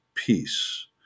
peace